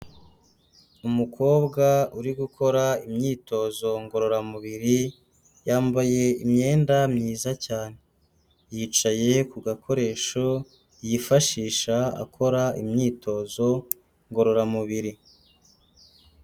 Umukobwa uri gukora imyitozo ngororamubiri yambaye imyenda myiza cyane, yicaye ku gakoresho yifashisha akora imyitozo ngororamubiri.